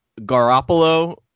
Garoppolo